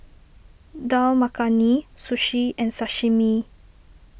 Dal Makhani Sushi and Sashimi